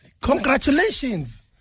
Congratulations